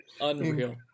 Unreal